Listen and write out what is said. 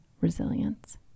resilience